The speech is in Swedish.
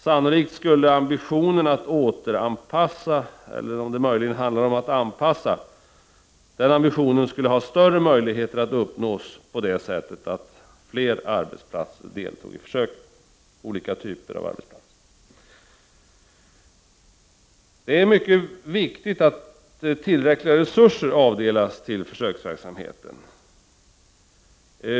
Sannolikt skulle ambitionen att återanpassa, eller möjligen anpassa, ha större möjligheter att förverkligas genom att flera arbetsplatser deltog i försöket. Det är mycket viktigt att tillräckliga resurser avdelas till försöksverksamhet.